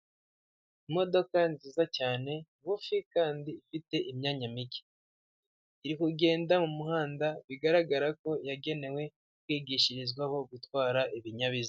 Imodoka nziza cyane ngufi kandi ifite imyanya mike, iri kugenda mu muhanda bigaragara ko yagenewe kwigishirizwaho gutwara ibinyabiziga.